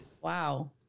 Wow